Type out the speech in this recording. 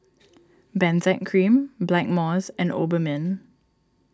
Benzac Cream Blackmores and Obimin